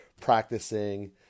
practicing